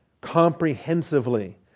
Comprehensively